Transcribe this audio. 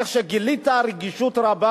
על שגילית רגישות רבה